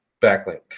backlink